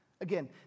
Again